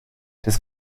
des